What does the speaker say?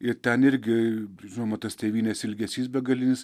ir ten irgi žinoma tas tėvynės ilgesys begalinis